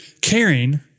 caring